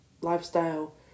lifestyle